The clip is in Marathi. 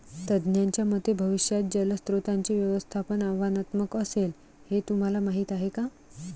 तज्ज्ञांच्या मते भविष्यात जलस्रोतांचे व्यवस्थापन आव्हानात्मक असेल, हे तुम्हाला माहीत आहे का?